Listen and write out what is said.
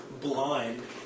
blind